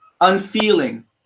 unfeeling